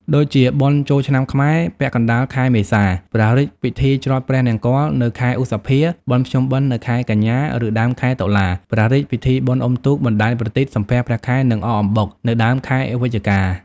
ដូចជាបុណ្យចូលឆ្នាំខ្មែរ ពាក់កណ្ដាលខែមេសា ព្រះរាជពិធីច្រត់ព្រះនង្គ័ល នៅខែឧសភា បុណ្យភ្ជុំបិណ្ឌ នៅខែកញ្ញា ឬដើមខែតុលា ព្រះរាជពិធីបុណ្យអុំទូក បណ្ដែតប្រទីប សំពះព្រះខែ និងអកអំបុក នៅដើមខែវិច្ឆិកា។